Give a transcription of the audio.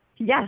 Yes